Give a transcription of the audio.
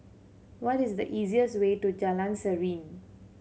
what is the easiest way to Jalan Serene